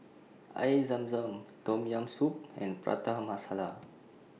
Air Zam Zam Tom Yam Soup and Prata Masala